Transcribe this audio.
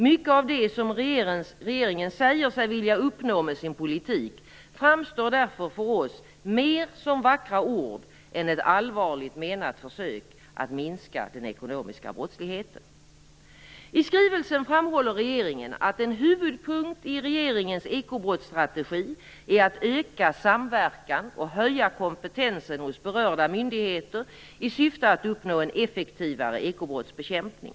Mycket av det som regeringen säger sig vilja uppnå med sin politik framstår därför för oss mer som vackra ord än som ett allvarligt menat försök att minska den ekonomiska brottsligheten. I skrivelsen framhåller regeringen att en huvudpunkt i regeringens ekobrottsstrategi är att man skall öka samverkan och höja kompetensen hos berörda myndigheter i syfte att uppnå en effektivare ekobrottsbekämpning.